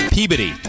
Peabody